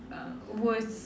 uh worse